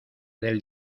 del